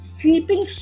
sleeping